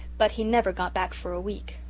but he never got back for a week.